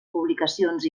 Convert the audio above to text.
publicacions